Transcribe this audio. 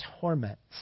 torments